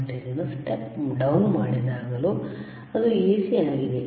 ವೋಲ್ಟೇಜ್ನ್ನು step down ಮಾಡಿದಾಗಲೂ ಅದು ಇನ್ನೂ AC ಆಗಿದೆ